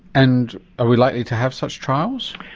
and are we likely to have such trials?